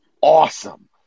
awesome